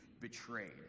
betrayed